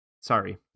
Sorry